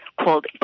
called